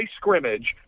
scrimmage